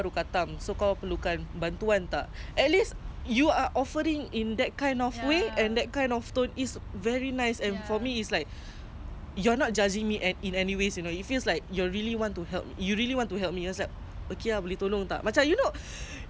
macam you know you can just say it that way but why must you like so ya exactly so is like oh my god like memalukan gila lah serius serius like tuduh ke